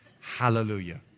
Hallelujah